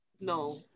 no